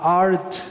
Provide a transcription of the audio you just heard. art